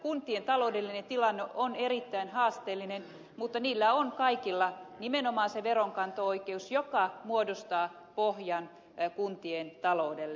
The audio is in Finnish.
kuntien taloudellinen tilanne on erittäin haasteellinen mutta niillä on kaikilla nimenomaan se veronkanto oikeus joka muodostaa pohjan kuntien taloudelle